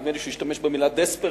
נדמה לי שהוא השתמש במלה desperate,